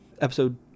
Episode